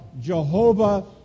Jehovah